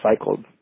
recycled